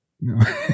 no